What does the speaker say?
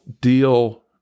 deal